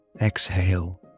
exhale